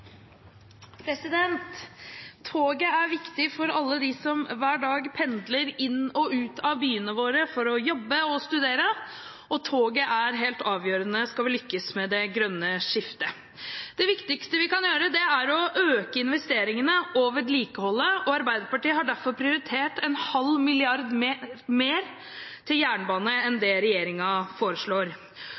viktig for alle dem som hver dag pendler inn til og ut av byene våre for å jobbe og studere, og toget er helt avgjørende skal vi lykkes med det grønne skiftet. Det viktigste vi kan gjøre, er å øke investeringene og vedlikeholdet. Arbeiderpartiet har derfor prioritert 0,5 mrd. kr mer til jernbane enn det regjeringen foreslår.